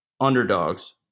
underdogs